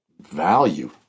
value